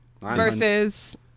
Versus